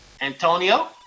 antonio